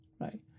right